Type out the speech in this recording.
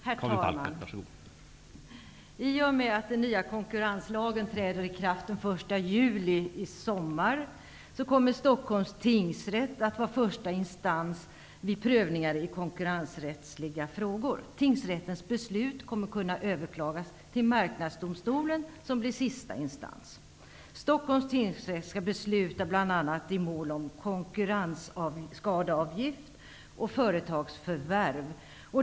Herr talman! I och med att den nya konkurrenslagen träder i kraft den 1 juli i sommar kommer Stockholms tingsrätt att vara första instans vid prövning av konkurrensrättsliga frågor. Tingsrättens beslut kommer att kunna överklagas till Marknadsdomstolen, som blir sista instans. Stockholms tingsrätt skall besluta bl.a. i mål om konkurrensskadeavgift och företagsförvärv.